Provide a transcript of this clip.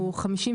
50%,